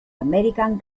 american